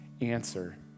answer